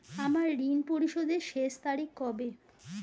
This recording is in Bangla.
আমার ঋণ পরিশোধের শেষ তারিখ কবে?